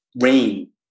rain